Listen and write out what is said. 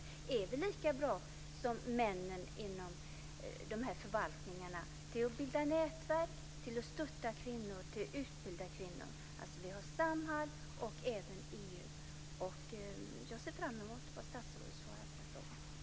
Är vi lika bra som männen inom de här förvaltningarna i att bilda nätverk, att stötta kvinnor och att utbilda kvinnor? Det gäller alltså Samhall och EU. Jag ser fram mot statsrådets svar på den frågan.